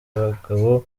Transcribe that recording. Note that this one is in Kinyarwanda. bagabo